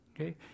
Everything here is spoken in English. Okay